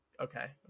okay